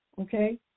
okay